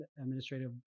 administrative